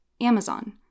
Amazon